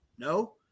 No